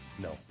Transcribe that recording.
No